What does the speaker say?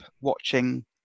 watching